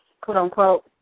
quote-unquote